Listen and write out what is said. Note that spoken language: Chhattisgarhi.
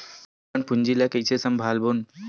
अपन पूंजी ला कइसे संभालबोन?